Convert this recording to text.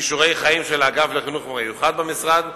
"כישורי חיים" של האגף לחינוך מיוחד במשרד,